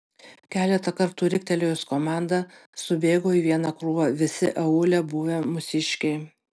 keletą kartų riktelėjus komandą subėgo į vieną krūvą visi aūle buvę mūsiškiai